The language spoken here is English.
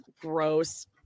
Gross